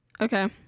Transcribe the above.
Okay